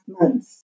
months